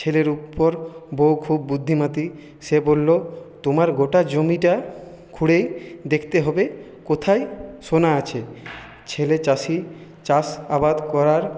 ছেলের উপর বউ খুব বুদ্ধিমতী সে বললো তোমার গোটা জমিটা খুঁড়েই দেখতে হবে কোথায় সোনা আছে ছেলে চাষি চাষ আবাদ করার